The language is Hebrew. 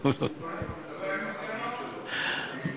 הוא כל הזמן מדבר לחברים שלו, מעלש.